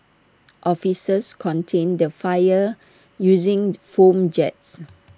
officers contained the fire using foam jets